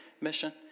mission